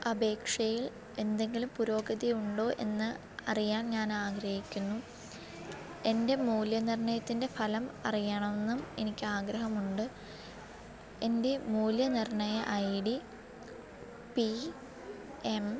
അപേക്ഷയിൽ എന്തെങ്കിലും പുരോഗതി ഉണ്ടോ എന്ന് അറിയാൻ ഞാൻ ആഗ്രഹിക്കുന്നു എൻ്റെ മൂല്യനിർണയത്തിൻ്റെ ഫലം അറിയണമെന്നും എനിക്ക് ആഗ്രഹമുണ്ട് എൻ്റെ മൂല്യനിർണ്ണയ ഐ ഡി പി എം